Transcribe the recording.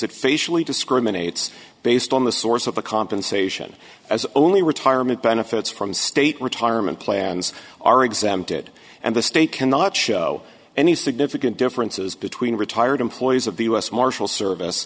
facially discriminates based on the source of the compensation as only retirement benefits from state retirement plans are exempted and the state cannot show any significant differences between retired employees of the u s marshal service